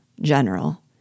General